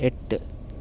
എട്ട്